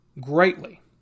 greatly